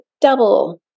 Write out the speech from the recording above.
double